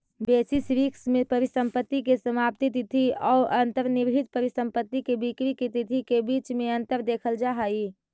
basis risk में परिसंपत्ति के समाप्ति तिथि औ अंतर्निहित परिसंपत्ति के बिक्री के तिथि के बीच में अंतर देखल जा हई